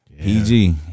PG